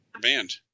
band